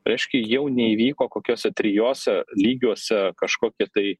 reiškia jau neįvyko kokiuose trijuose lygiuose kažkokie tai